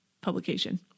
publication